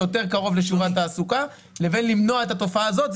יותר קרוב לשיעורי התעסוקה לבין למנוע את התופעה הזאת.